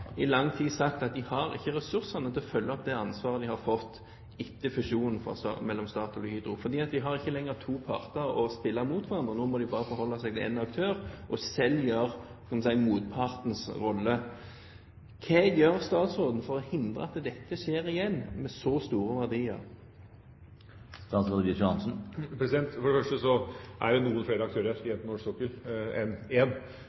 i lang tid sagt at de ikke har ressursene til å følge opp det ansvaret de har fått etter fusjonen mellom Statoil og Hydro, for de har ikke lenger to parter å spille mot hverandre. Nå må de bare forholde seg til én aktør, og selv gjøre – skal vi si – motpartens rolle. Hva gjør statsråden for å hindre at dette skjer igjen med så store verdier? For det første er det noen flere aktører igjen på norsk sokkel enn